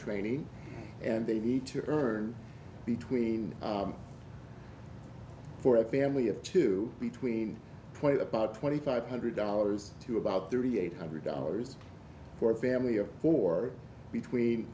training and they need to return between for a family of two between point about twenty five hundred dollars to about thirty eight hundred dollars for a family of four between